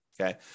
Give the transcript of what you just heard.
okay